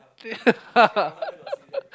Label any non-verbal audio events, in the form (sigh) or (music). (laughs)